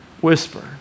whisper